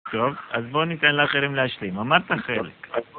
טוב, אז בואו ניתן לאחרים להשלים, אמרת חלק